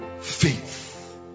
Faith